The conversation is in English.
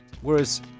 whereas